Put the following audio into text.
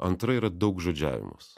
antra yra daugžodžiavimas